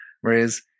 Whereas